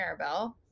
Maribel